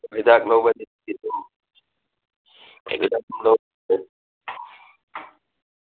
ꯍꯤꯗꯥꯛ ꯂꯧꯕ